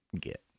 get